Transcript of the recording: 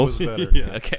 okay